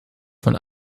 von